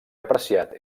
apreciat